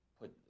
put